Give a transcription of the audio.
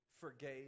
forgave